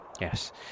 Yes